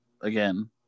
again